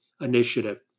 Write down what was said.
initiative